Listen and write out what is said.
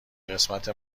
قسمت